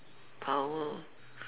power